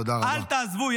אל תעזבו.